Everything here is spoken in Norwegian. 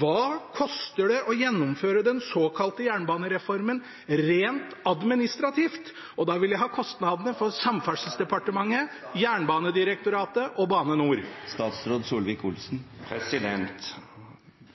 Hva koster det å gjennomføre den såkalte jernbanereformen rent administrativt? Da vil jeg ha kostnadene for Samferdselsdepartementet, Jernbanedirektoratet og Bane NOR.